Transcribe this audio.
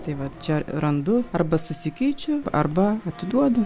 tai va čia randu arba susikeičiu arba atiduodu